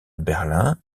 berlin